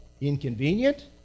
inconvenient